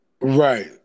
right